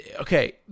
Okay